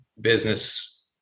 business